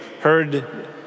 heard